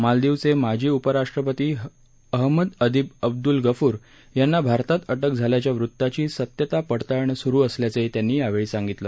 मालदीवचे माजी उपराष्ट्रपती अहमद अदीब अब्द्ल गफूर यांना भारतात अटक झाल्याच्या वृताची सत्यता पडताळणं सुरु असल्याचही त्यांनी यावेळी सांगितलं